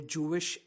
Jewish